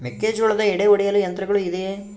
ಮೆಕ್ಕೆಜೋಳದ ಎಡೆ ಒಡೆಯಲು ಯಂತ್ರಗಳು ಇದೆಯೆ?